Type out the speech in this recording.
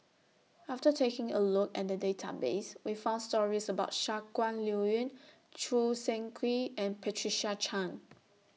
after taking A Look At The Database We found stories about Shangguan Liuyun Choo Seng Quee and Patricia Chan